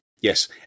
Yes